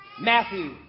Matthew